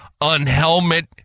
unhelmet